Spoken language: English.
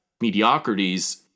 mediocrities